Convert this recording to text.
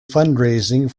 fundraising